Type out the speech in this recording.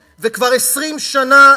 כל עוד יש איזה שביב של תקווה,